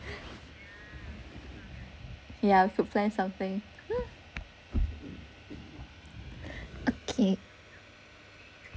yeah we could plan something okay